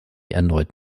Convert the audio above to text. erneut